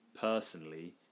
personally